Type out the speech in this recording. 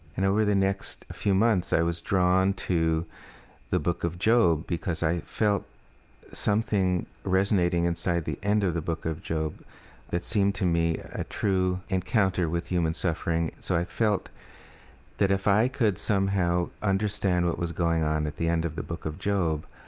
and over the next few months, i was drawn to the book of job because i felt something resonating inside the end of the book of job that seemed to me a true encounter with human suffering. so i felt that if i could somehow understand what was going on at the end of the book of job,